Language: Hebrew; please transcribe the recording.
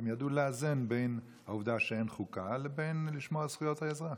שהם ידעו לאזן בין העובדה שאין חוקה לבין שמירה על זכויות האזרח.